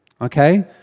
okay